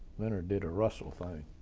leonard did a russell thing.